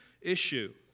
issue